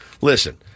listen